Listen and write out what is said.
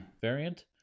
variant